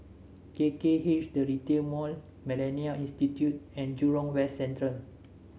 K K H The Retail Mall MillenniA Institute and Jurong West Central